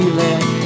let